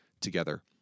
together